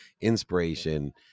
inspiration